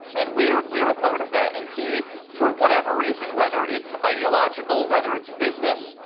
and we are we are part of that, and he for whatever reason, whether it's ideological, whether it's business,